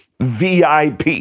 VIP